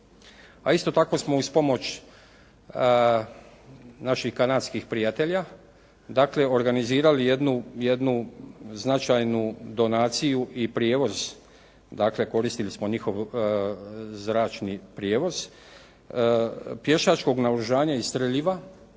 A isto tako smo uz pomoć naših kanadskih prijatelja, dakle, organizirali jednu značajnu donaciju i prijevoz, dakle, koristili smo njihov zračni prijevoz pješačkog naoružanja i streljiva